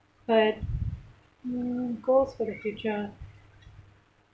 but um goals for the future